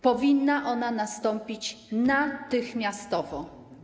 Powinna ona nastąpić natychmiastowo.